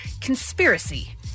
Conspiracy